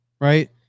right